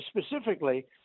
specifically